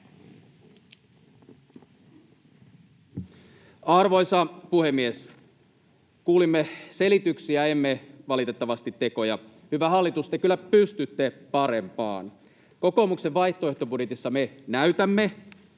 Arvoisa puhemies! Kuulimme selityksiä, emme valitettavasti tekoja. Hyvä hallitus, te kyllä pystytte parempaan. Kokoomuksen vaihtoehtobudjetissa me näytämme,